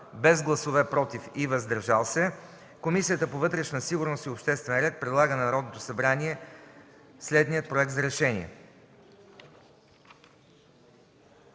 без гласове „против” и „въздържали се”, Комисията по вътрешна сигурност и обществен ред предлага на Народното събрание следния проект на решение: